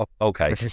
Okay